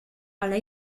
ale